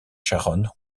sharon